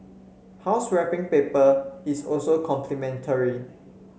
house wrapping paper is also complimentary